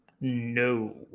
No